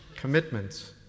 commitments